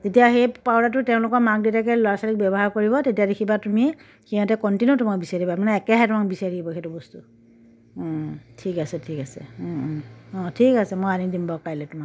তেতিয়া সেই পাউডাৰটো তেওঁলোকৰ মাক দেউতাকে ল'ৰা ছোৱালীক ব্যৱহাৰ কৰিব তেতিয়া দেখিবা তুমি সিহঁতে কণ্টিনিউ তোমাক বিচাৰি থাকিব মানে একেৰাহে তোমাক বিচাৰি থাকিব সেইটো বস্তু ঠিক আছে ঠিক আছে অঁ ঠিক আছে মই আনি দিম বাৰু কাইলৈ তোমাক